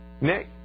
Nick